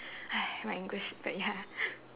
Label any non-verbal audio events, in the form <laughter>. <breath> my english very hard <noise>